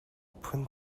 phun